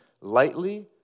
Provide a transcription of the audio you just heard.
lightly